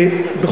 פייסבוק.